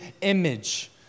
image